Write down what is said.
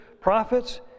prophets